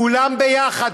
כולם ביחד,